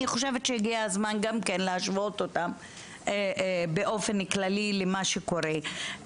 אני חושבת שהגיע הזמן גם כן להשוות אותם באופן כללי למה שקורה.